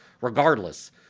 regardless